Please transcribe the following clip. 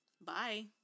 Bye